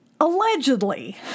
allegedly